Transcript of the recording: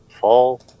fall